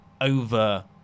over